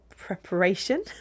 preparation